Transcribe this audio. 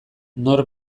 nor